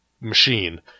machine